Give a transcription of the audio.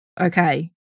Okay